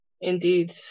Indeed